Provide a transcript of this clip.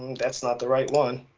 that's not the right one.